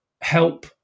help